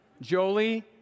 Jolie